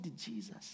Jesus